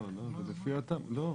לא, לא.